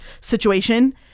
situation